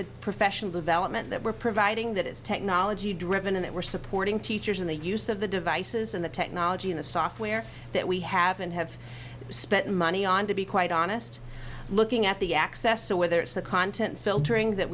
the professional development that we're providing that is technology driven and that we're supporting teachers in the use of the devices in the technology in the software that we have and have spent money on to be quite honest looking at the access to whether it's the content